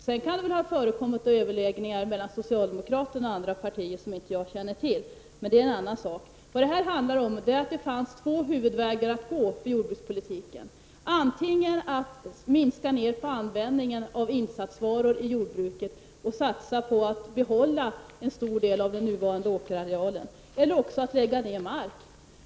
Sedan kan det ha förekommit överläggningar mellan socialdemokraterna och andra partier som jag inte känner till, men det är en annan sak. Det fanns två huvudvägar att gå i fråga om jordbrukspolitiken, antingen att minska användningen av insatsvaror i jordbruket och satsa på att behålla en stor del av den nuvarande åkerarealen eller att lägga ner mark.